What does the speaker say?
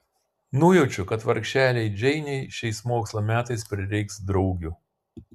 nujaučiu kad vargšelei džeinei šiais mokslo metais prireiks draugių